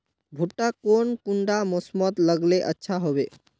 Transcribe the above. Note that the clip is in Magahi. भुट्टा कौन कुंडा मोसमोत लगले अच्छा होबे?